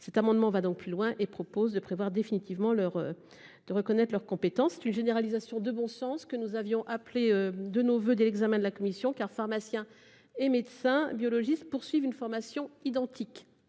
cet amendement va donc plus loin et propose de prévoir définitivement leur. De reconnaître leurs compétences. C'est une généralisation de bon sens que nous avions appelé de nos voeux de l'examen de la commission car pharmaciens et médecins biologistes poursuivent une formation identique